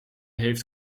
heeft